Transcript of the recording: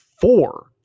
four